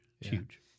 huge